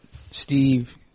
Steve